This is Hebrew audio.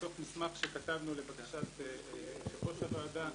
מתוך מסמך שכתבנו לבקשת יושב-ראש הוועדה.